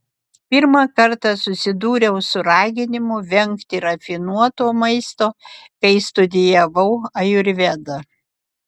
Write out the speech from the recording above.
pirmą kartą susidūriau su raginimu vengti rafinuoto maisto kai studijavau ajurvedą